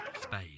spade